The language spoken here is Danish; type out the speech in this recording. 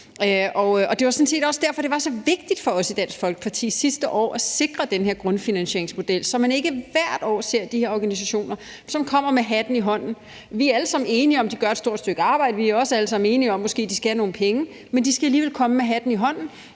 på. Det var sådan set også derfor, det var så vigtigt for os i Dansk Folkeparti sidste år at sikre den her grundfinansieringsmodel, så man ikke hvert år ser de her organisationer, som kommer med hatten i hånden. Vi er alle sammen enige om, at de gør et stort stykke arbejde, og vi er måske også alle sammen enige om, at de skal have nogle penge, men de skal alligevel komme med hatten i hånden,